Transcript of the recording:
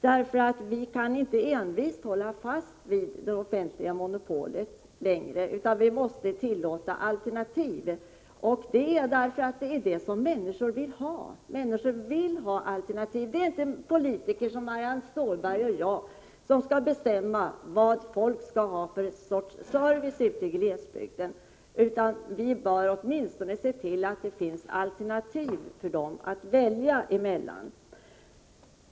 Vi kan inte längre envist hålla fast vid det offentliga monopolet, utan vi måste tillåta alternativ, därför att det är det som människor vill ha. Människor vill ha alternativ. Det är inte politiker som Marianne Stålberg och jag som skall bestämma vad folk ute i glesbygden skall ha för sorts service; vi bör åtminstone se till att det finns alternativ för dem att välja emellan.